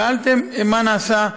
שאלתם מה נעשה.